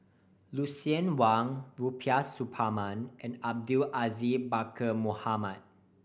Lucien Wang Rubiah Suparman and Abdul Aziz Pakkeer Mohamed